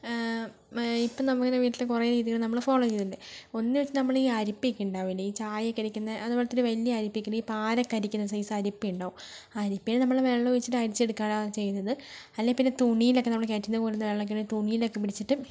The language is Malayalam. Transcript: ആ ഇപ്പം നമ്മളൊരു വീട്ടില് കുറെ രീതികള് നമ്മള് ഫോളോ ചെയ്യുന്നുണ്ട് ഒന്ന് വെച്ചാൽ ഈ അരിപ്പ ഒക്കേണ്ടാവുല്ലേ ഈ ചായയൊക്കെ അരിക്കുന്ന അതുപോൽത്തൊരു വലിയൊരു അരിപ്പ ഒക്കെയില്ലേ ഈ പലക്കെ അരിക്കുന്ന സൈസ് അരിപ്പ ഉണ്ടാകും അരിപ്പയിൽ നമ്മള് വെള്ളമൊഴിച്ചിട്ട് അരിച്ചെടുക്കാറാ ചെയ്യുന്നത് അല്ലേ പിന്നെ തുണിയിലൊക്കെ നമ്മള് കിണറ്റിൽ നിന്ന് കോരുന്ന വെള്ളമൊക്കെ ഇങ്ങനെ തുണിയിലൊക്കെ പിടിച്ചിട്ട്